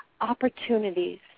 opportunities